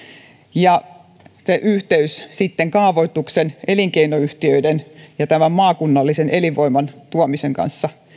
se yhteys kaavoituksen elinkeinoyhtiöiden ja tämän maakunnallisen elinvoiman tuomisen kanssa tullaan toteuttamaan minulle